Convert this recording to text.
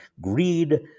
greed